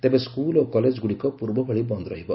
ତେବେ ସ୍କୁଲ ଓ କଲେଜଗୁଡ଼ିକ ପୂର୍ବଭଳି ବନ୍ଦ ରହିବ